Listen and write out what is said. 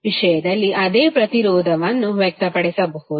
ವಿಷಯದಲ್ಲಿ ಅದೇ ಪ್ರತಿರೋಧವನ್ನು ವ್ಯಕ್ತಪಡಿಸಬಹುದು